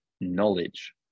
knowledge